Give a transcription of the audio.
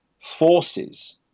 forces